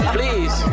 Please